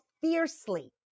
fiercely